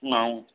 অঁ